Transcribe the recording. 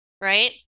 right